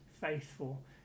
faithful